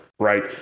Right